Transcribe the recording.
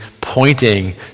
pointing